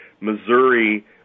Missouri